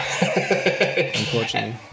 unfortunately